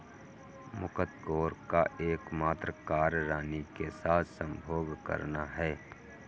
मुकत्कोर का एकमात्र कार्य रानी के साथ संभोग करना है